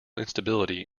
instability